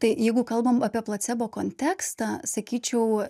tai jeigu kalbam apie placebo kontekstą sakyčiau